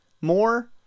more